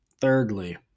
Thirdly